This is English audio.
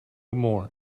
more